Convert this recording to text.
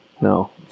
No